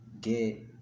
get